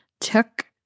took